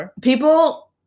people